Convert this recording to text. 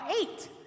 eight